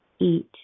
eat